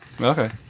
okay